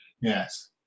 Yes